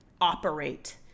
operate